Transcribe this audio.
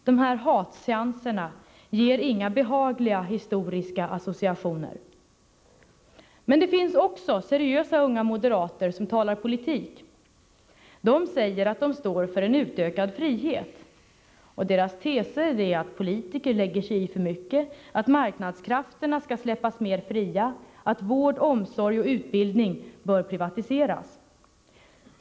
Dessa hatseanser ger inga behagliga historiska associationer. Men det finns också seriösa unga moderater som talar politik. De säger att de står för en utökad frihet. Deras teser är att politiker lägger sig i för mycket, att marknadskrafterna skall släppas mer fria, att vård, omsorg och utbildning bör privatiseras.